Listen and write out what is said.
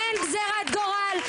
אין גזירת גורל,